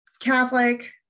catholic